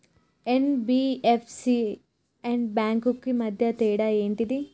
NBFC and banks కు మధ్య తేడా ఏంటిది?